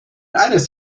eines